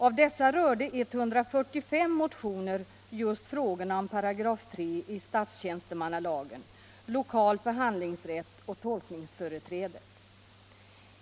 Av dessa berörde 145 motioner just frågorna om 3 § i statstjänstemannalagen, lokal förhandlingsrätt och tolkningsföreträdet.